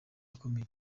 akomeye